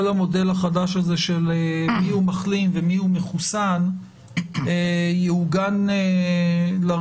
המודל החדש הזה של מיהו מחלים ומיהו מחוסן יעוגן לראשונה